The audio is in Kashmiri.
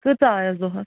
کۭژاہ آیس دۄہس